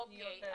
אוקיי.